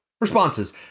responses